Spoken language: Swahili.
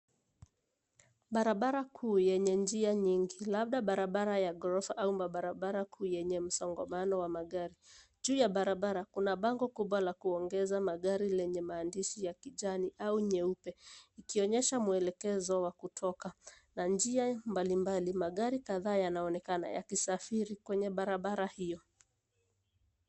Barabara kuu yenye njia nyingi labda barabara ya ghorofa au mabarabara kuu yenye msongamano wa magari. Juu ya barabara kuna bango kubwa la kuongeza magari lenye maandishi ya kijani au nyeupe, ikionyesha mwelekezo wa kutoka, na njia mbalimbali magari kadhaa yanaonekana yakisafiri kwenye barabara hiyo.